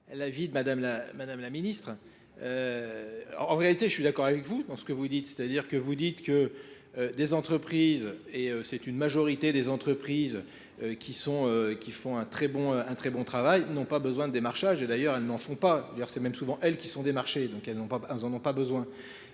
la vie de madame la ministre. En réalité je suis d'accord avec vous dans ce que vous dites, c'est à dire que vous dites que des entreprises, et c'est une majorité des entreprises, qui font un très bon travail n'ont pas besoin de démarchage et d'ailleurs elles n'en font pas, c'est même souvent elles qui sont démarchées donc elles n'en ont pas besoin.